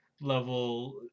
level